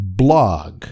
blog